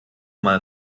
mal